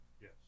Yes